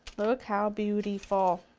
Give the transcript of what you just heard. look how beautiful!